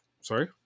Sorry